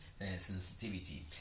sensitivity